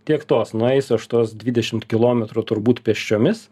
tiek to nueisiu aš tuos dvidešimt kilometrų turbūt pėsčiomis